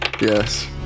Yes